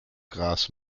gras